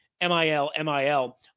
M-I-L-M-I-L